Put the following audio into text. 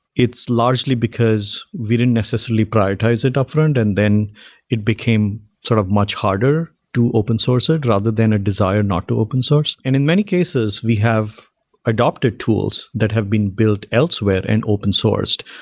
it's largely because we didn't necessarily prioritized it upfront, and then it became sort of much harder to open source it rather than a desire not to open source. and in many cases, we have adapted tools that have been built elsewhere and open sourced.